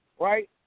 right